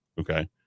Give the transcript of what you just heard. okay